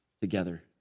together